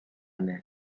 main